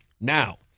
now